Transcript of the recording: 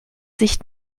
sich